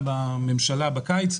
בממשלה בקיץ,